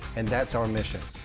and that's our mission.